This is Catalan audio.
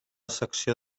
secció